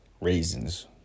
raisins